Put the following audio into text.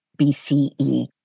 BCE